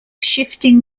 shifting